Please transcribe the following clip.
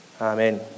Amen